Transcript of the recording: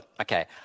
Okay